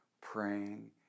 praying